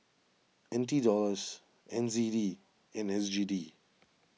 N T Dollars N Z D and S G D